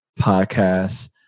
podcasts